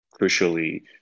crucially